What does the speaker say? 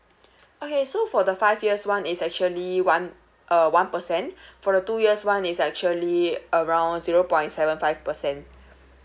okay so for the five years one is actually one uh one percent for the two years one is actually around zero point seven five percent